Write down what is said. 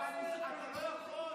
אבל אתה לא יכול.